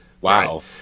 wow